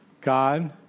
God